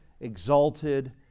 exalted